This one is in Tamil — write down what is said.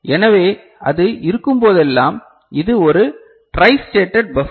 எனவே அது இருக்கும்போதெல்லாம் இது ஒரு ட்ரை ஸ்டேட்டட் பஃபர்